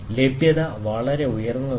ലഭ്യത വളരെ ഉയർന്നതാണ്